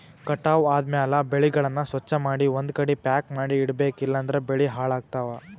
ಕಟಾವ್ ಆದ್ಮ್ಯಾಲ ಬೆಳೆಗಳನ್ನ ಸ್ವಚ್ಛಮಾಡಿ ಒಂದ್ಕಡಿ ಪ್ಯಾಕ್ ಮಾಡಿ ಇಡಬೇಕ್ ಇಲಂದ್ರ ಬೆಳಿ ಹಾಳಾಗ್ತವಾ